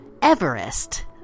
Everest